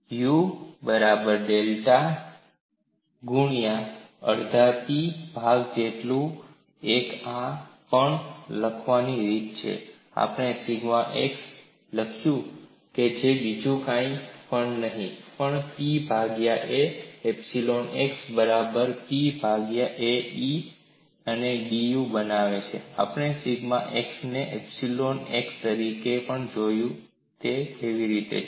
U બરાબર ડેલ્ટામાં ગુણ્યા અડધા P ભાગ જેટલું એક આ પણ લખવાની રીત છે આપણે સિગ્મા x જે લખ્યુ છે જે બીજુ કાઈ નહી પણ P ભાગ્યા A એપ્સાયલોન x બરાબર P ભાગ્યા A E અને dU બને છે આપણે સિગ્મા x ને એપ્સાયલોન x પહેલેથી જ જોયું તે રીતે જ છે